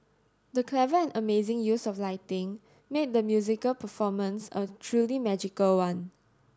the clever and amazing use of lighting made the musical performance a truly magical one